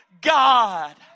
God